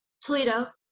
Toledo